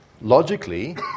logically